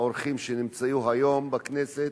האורחים שנמצאו היום בכנסת.